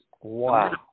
Wow